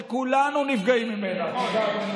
שכולנו נפגעים ממנה.